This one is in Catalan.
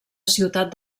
ciutat